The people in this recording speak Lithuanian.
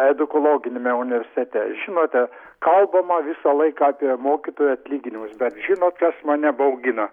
edukologiniame universitete žinote kalbama visą laiką apie mokytojų atlyginimus bet žinot kas mane baugina